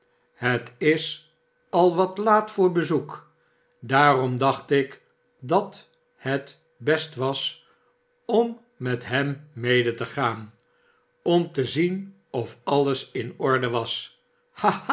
het is al svat laat voor bezoek daarom oacht ik dat het best was om met hem mede te gaan om te zien of alles in orde was